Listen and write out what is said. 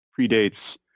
predates